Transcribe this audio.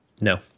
No